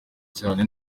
cyane